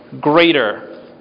greater